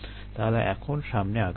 তাহলে এখন সামনে আগানো যাক